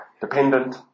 dependent